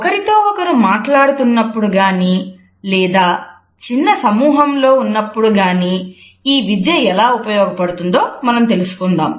ఒకరితో ఒకరు మాట్లాడుతున్నప్పుడు గానీ లేదా చిన్న సమూహంలో ఉన్నప్పుడు గానీ ఈ విద్య ఎలా ఉపయోగపడుతుందో మనం తెలుసుకుందాం